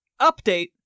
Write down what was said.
Update